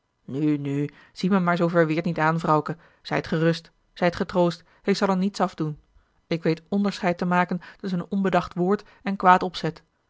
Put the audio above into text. nu zie me maar zoo verweerd niet aan vrouwke zijt gerust zijt getroost ik zal er niets af doen ik weet onderscheid te maken tusschen een onbedacht woord en kwaad opzet